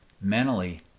mentally